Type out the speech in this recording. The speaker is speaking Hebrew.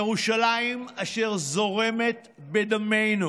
ירושלים אשר זורמת בדמנו,